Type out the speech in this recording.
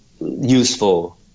useful